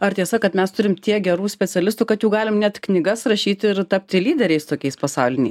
ar tiesa kad mes turim tiek gerų specialistų kad jau galim net knygas rašyt ir tapti lyderiais tokiais pasauliniais